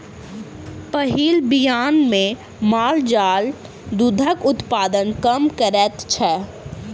पहिल बियान मे माल जाल दूधक उत्पादन कम करैत छै